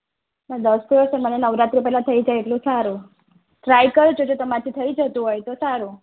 એ દસ તો હોય તો મને નવરાત્રી પેલા થઈ જાય એટલું સારું ટ્રાય કરજો જો તમારાથી થઈ જતું હોય તો સારું